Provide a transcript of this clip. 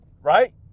right